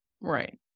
Right